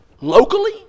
locally